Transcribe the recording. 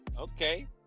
Okay